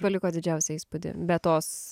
paliko didžiausią įspūdį be tos